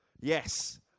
Yes